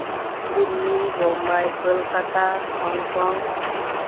Delhi Bombay Kolkata Hong Kong